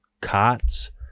cots